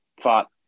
thought